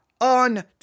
on